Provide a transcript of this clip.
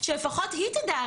שלפחות היא תדע,